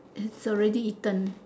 is already eaten